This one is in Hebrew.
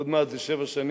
עוד מעט זה שבע שנים